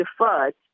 deferred